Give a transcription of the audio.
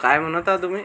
काय म्हणत आहे तुम्ही